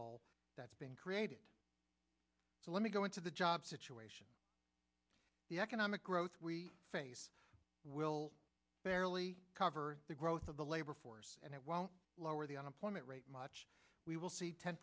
hole that's been created so let me go into the job situation the economic growth we face will barely cover the growth of the labor force and it won't lower the unemployment rate much we will see ten